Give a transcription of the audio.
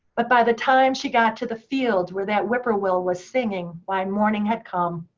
but by the time she got to the field where that whippoorwill was singing, why morning had come.